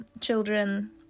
children